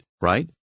right